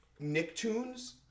Nicktoons